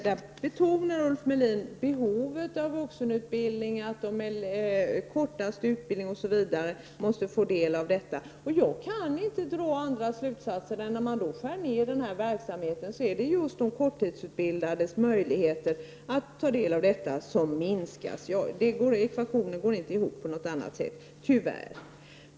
Han betonade ju behovet av vuxenutbildning och sade att de som har den kortaste utbildningen måste få del av denna. Jag kan inte dra någon annan slutsats än att om man skär ned verksamheten, blir det just de korttidsutbildades möjligheter som försämras. Ekvationen går tyvärr inte ihop på något annat sätt.